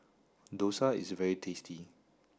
Dosa is very tasty